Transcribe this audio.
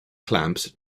clamps